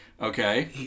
Okay